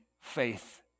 faith